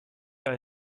ein